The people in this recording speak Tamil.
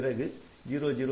பிறகு 0000 0000